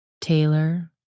Taylor